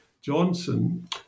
Johnson